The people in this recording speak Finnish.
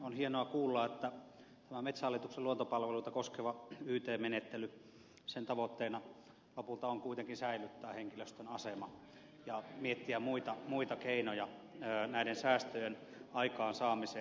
on hienoa kuulla että tämän metsähallituksen luontopalveluita koskevan yt menettelyn tavoitteena lopulta on kuitenkin säilyttää henkilöstön asema ja miettiä muita keinoja näiden säästöjen aikaansaamiseen